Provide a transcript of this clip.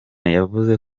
yavuze